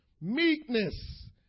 meekness